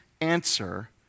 answer